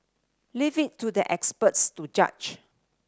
leave it to the experts to judge